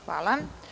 Hvala.